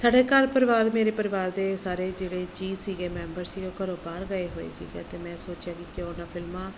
ਸਾਡੇ ਘਰ ਪਰਿਵਾਰ ਮੇਰੇ ਪਰਿਵਾਰ ਦੇ ਸਾਰੇ ਜਿਹੜੇ ਜੀਅ ਸੀਗੇ ਮੈਂਬਰ ਸੀਗੇ ਉਹ ਘਰੋਂ ਬਾਹਰ ਗਏ ਹੋਏ ਸੀਗੇ ਅਤੇ ਮੈਂ ਸੋਚਿਆ ਕਿ ਕਿਉਂ ਨਾ ਫਿਲਮਾਂ